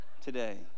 today